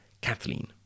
Kathleen